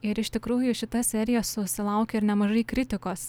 ir iš tikrųjų šita serija susilaukė ir nemažai kritikos